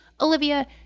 Olivia